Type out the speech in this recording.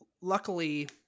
Luckily